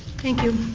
thank you.